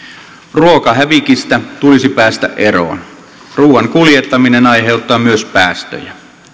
ruokahävikistä tulisi päästä eroon ruuan kuljettaminen aiheuttaa myös päästöjä